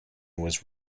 was